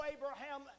Abraham